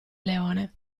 leone